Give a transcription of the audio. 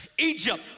Egypt